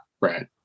right